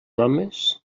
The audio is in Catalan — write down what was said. homes